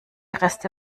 reste